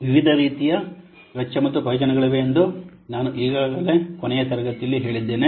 ವಿವಿಧ ರೀತಿಯ ವೆಚ್ಚ ಮತ್ತು ಪ್ರಯೋಜನಗಳಿವೆ ಎಂದು ನಾನು ಈಗಾಗಲೇ ಕೊನೆಯ ತರಗತಿಯಲ್ಲಿ ಹೇಳಿದ್ದೇನೆ